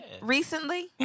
recently